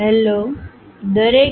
hello દરેક